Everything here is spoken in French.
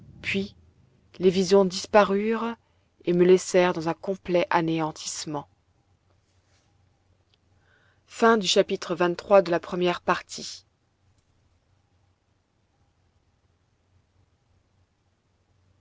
puis les visions disparurent et me laissèrent dans un complet anéantissement